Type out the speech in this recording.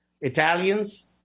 Italians